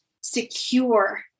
secure